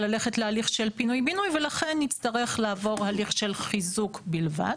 ללכת להליך של פינוי-בינוי ולכן יצטרך לעבור הליך של חיזוק בלבד,